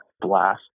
blast